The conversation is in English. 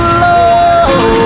love